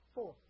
Four